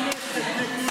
זה לא בתקנון הכנסת.